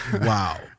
Wow